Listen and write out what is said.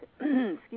excuse